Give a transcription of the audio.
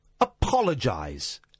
Apologise